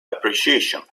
appreciation